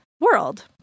world